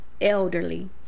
elderly